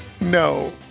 No